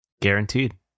Guaranteed